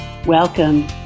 Welcome